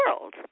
world